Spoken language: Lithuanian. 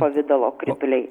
pavidalo krituliai